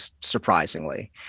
surprisingly